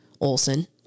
olson